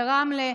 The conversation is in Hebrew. רמלה,